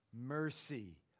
mercy